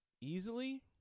easily